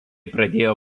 pradėjo